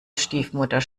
stiefmutter